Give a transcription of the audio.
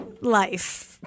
life